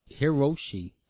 Hiroshi